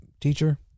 teacher